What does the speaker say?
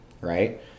right